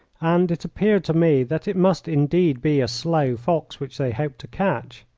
and it appeared to me that it must indeed be a slow fox which they hoped to catch.